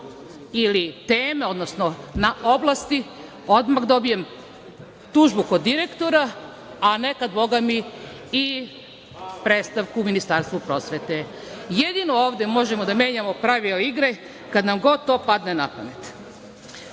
ili teme, odnosno na oblasti, odmah dobijem tužbu kod direktora, a nekad i bogami i predstavku Ministarstvu prosvete. Jedino ovde možemo da menjamo pravilo igre kad nam god to padne na pamet.